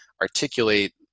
articulate